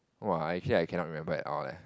!wah! actually I cannot remember at all leh